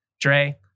Dre